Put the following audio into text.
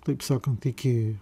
taip sakant iki